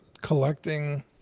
collecting